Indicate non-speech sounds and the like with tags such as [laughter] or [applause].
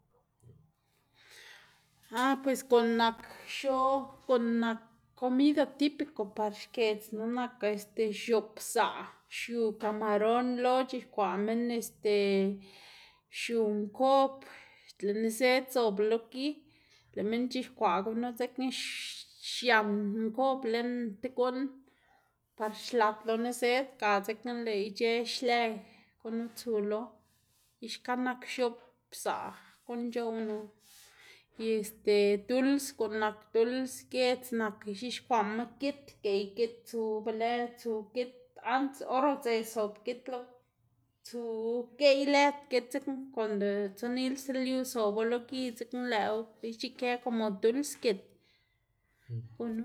[noise] ah pues guꞌn nak x̱oꞌb guꞌn nak comida típico par xkiedznu nak este x̱oꞌb pzaꞌ xiu kamaron lo c̲h̲uxkwaꞌ minn este xiu nkob, lëꞌ niszed zobla lo gi lëꞌ minn c̲h̲ixkwaꞌ gunu dzekna xian nkob lën ti guꞌn par xlat lo niszed ga dzekna lëꞌ ic̲h̲ëꞌ xlë gunu tsu lo y xka nak x̱oꞌb pzaꞌ guꞌn [noise] c̲h̲ownu y este duls guꞌn nak duls giedz nak ix̱uxkwaꞌma git gey git tsu be lë tsu git ants or udze zob git lo tsu geꞌy lëd git dzekna konda tsinil stib lyu zobu lo gi dzekna lëꞌwo ic̲h̲ikë komo duls git [noise] gunu.